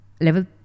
Level